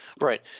Right